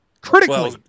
Critically